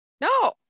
no